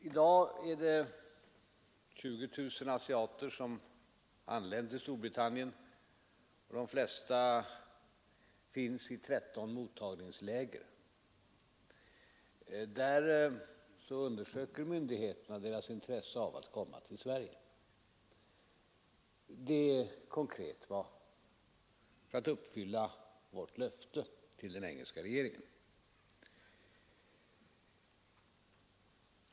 I dag är det 20 000 asiater som har anlänt till Storbritannien, och de flesta finns i 13 mottagningsläger. Där undersöker myndigheterna deras intresse av att komma till Sverige. Det är konkret för att uppfylla vårt löfte till den engelska regeringen.